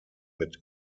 mit